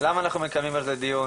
למה אנחנו מקיימים על זה דיון.